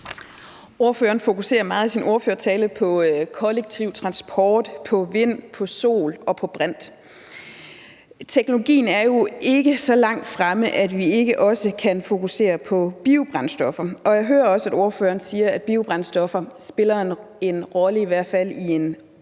Ordføreren fokuserer meget af sin ordførertale på kollektiv transport, på vind, på sol og på brint. Teknologien er jo ikke så langt fremme, at vi ikke også kan fokusere på biobrændstoffer, og jeg hører også, at ordføreren siger, at biobrændstoffer spiller en rolle, i hvert